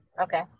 Okay